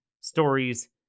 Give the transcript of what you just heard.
stories